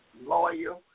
lawyer